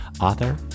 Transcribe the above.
author